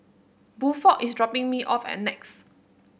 Buford is dropping me off at Nex